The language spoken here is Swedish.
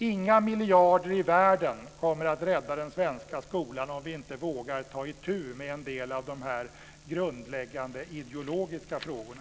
Inga miljarder i världen kommer nämligen att rädda den svenska skolan om vi inte vågar ta itu med en del av de grundläggande ideologiska frågorna.